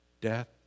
Death